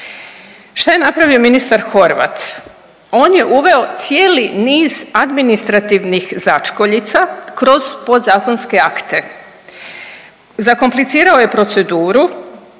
Šta je napravio ministar Horvat? On je uveo cijeli niz administrativnih začkoljica kroz podzakonske akte. Zakomplicirao je proceduru